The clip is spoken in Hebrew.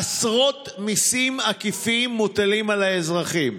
עשרות מיסים עקיפים מוטלים על האזרחים,